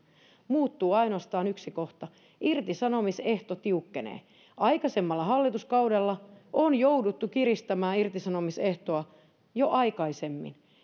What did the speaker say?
muuttuu ainoastaan yksi kohta irtisanomisehto tiukkenee aikaisemmalla hallituskaudella on jouduttu kiristämään irtisanomisehtoa jo aikaisemmin